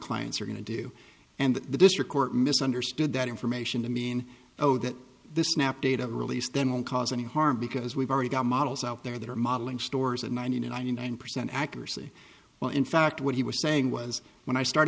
clients are going to do and the district court misunderstood that information to mean oh that the snap data released then won't cause any harm because we've already got models out there that are modeling stores at ninety ninety nine percent accuracy well in fact what he was saying was when i start